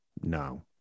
No